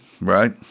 right